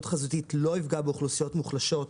חזותית לא יפגע באוכלוסיות מוחלשות,